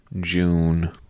June